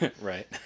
Right